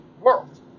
world